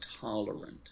tolerant